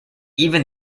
even